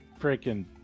freaking